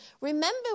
Remember